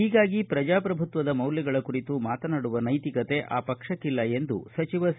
ಹೀಗಾಗಿ ಪ್ರಜಾಪ್ರಭುತ್ವದ ಮೌಲ್ಯಗಳ ಕುರಿತು ಮಾತನಾಡುವ ನೈತಿಕತೆ ಆ ಪಕ್ಷಕಿಲ್ಲ ಎಂದು ಸಚಿವ ಸಿ